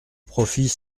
profit